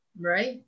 Right